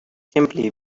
simply